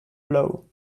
blow